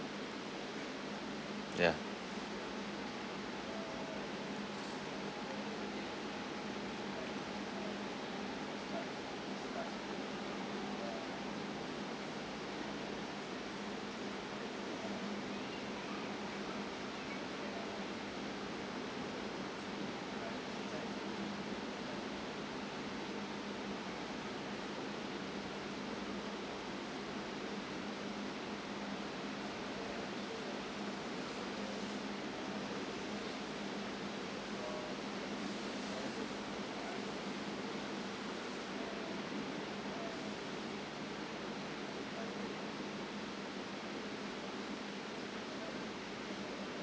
ya